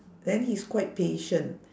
then he's quite patient